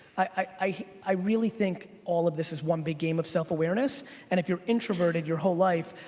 i i really think all of this is one big game of self-awareness and if you're introverted your whole life,